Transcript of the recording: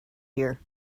here